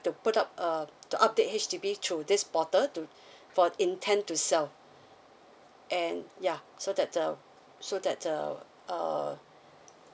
to put up a to update H_D_B through this portal to for intend to sell and ya so that uh so that uh err